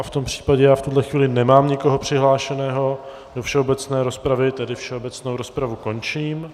V tom případě já v tuhle chvíli nemám nikoho přihlášeného do všeobecné rozpravy, tedy všeobecnou rozpravu končím.